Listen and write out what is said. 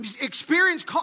Experience